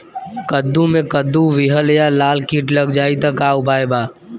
कद्दू मे कद्दू विहल या लाल कीट लग जाइ त का उपाय बा?